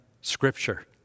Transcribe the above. scripture